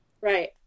Right